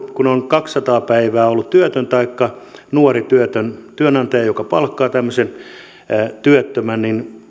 kun on kaksisataa päivää ollut työtön taikka nuori työtön ja on työnantaja joka palkkaa tämmöisen työttömän niin